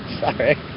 Sorry